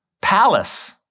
palace